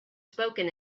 spoken